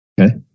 Okay